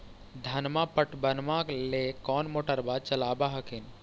धनमा पटबनमा ले कौन मोटरबा चलाबा हखिन?